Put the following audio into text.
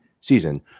season